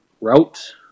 route